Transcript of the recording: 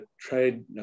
trade